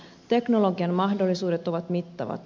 teknologian mahdollisuudet ovat mittavat